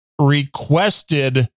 requested